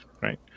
Right